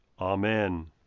Amen